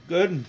Good